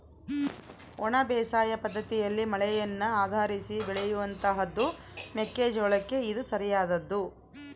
ಒಣ ಬೇಸಾಯ ಪದ್ದತಿಯಲ್ಲಿ ಮಳೆಯನ್ನು ಆಧರಿಸಿ ಬೆಳೆಯುವಂತಹದ್ದು ಮೆಕ್ಕೆ ಜೋಳಕ್ಕೆ ಇದು ಸರಿಯಾದದ್ದು